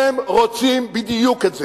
הם רוצים בדיוק את זה,